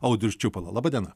audrius čiupala laba diena